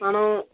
మనం